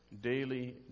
daily